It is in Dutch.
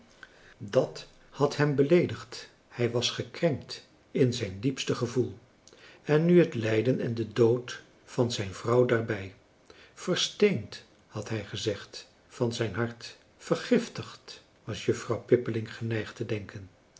dat had hem beleedigd hij was gekrenkt in zijn diepste gevoel en nu het lijden en de dood van zijn vrouw daarbij versteend had hij gezegd van zijn hart vergiftigd was juffrouw pippeling geneigd te denken